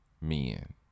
men